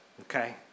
okay